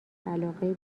علاقه